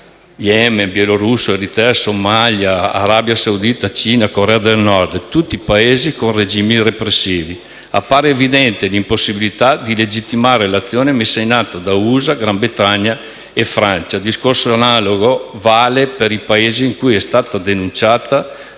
Yemen, Bielorussia, Eritrea, Somalia, Arabia Saudita, Cina e Corea del Nord sono tutti Paesi con regimi repressivi. Appare evidente l'impossibilità di legittimare l'azione messa in atto da USA, Gran Bretagna e Francia. Discorso analogo vale per i Paesi in cui è stata denunciata